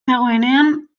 dagoenean